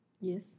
Yes